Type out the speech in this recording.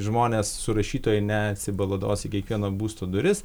žmonės surašytojai nesibalados į kiekvieno būsto duris